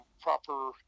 proper